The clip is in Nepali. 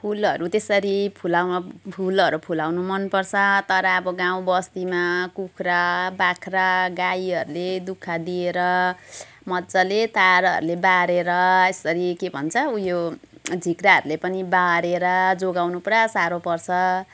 फुलहरू त्यसरी फुलाउन फुलहरू फुलाउनु मनपर्छ तर अब गाउँबस्तीमा कुखुरा बाख्रा गाईहरूले दुःख दिएर मजाले तारहरू बारेर यसरी के भन्छ उयो झिक्राहरूले पनि बारेर जोगाउनु पुरा साह्रो पर्छ